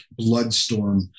Bloodstorm